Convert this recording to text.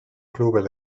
clubes